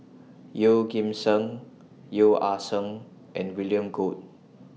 Yeoh Ghim Seng Yeo Ah Seng and William Goode